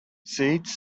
seeds